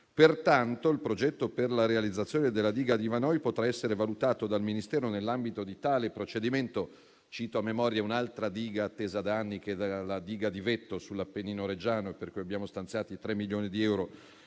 Pertanto, il progetto per la realizzazione della diga di Vanoi potrà essere valutato dal Ministero nell'ambito di tale procedimento. Cito a memoria un'altra diga attesa da anni, che è la diga di Vetto, sull'Appennino reggiano, per la cui progettazione abbiamo stanziato 3 milioni di euro.